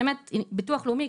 ביטוח לאומי,